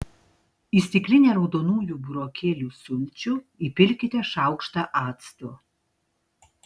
į stiklinę raudonųjų burokėlių sulčių įpilkite šaukštą acto